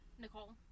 Nicole